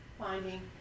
Finding